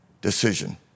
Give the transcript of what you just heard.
decision